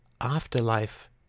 afterlife